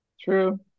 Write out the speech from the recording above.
True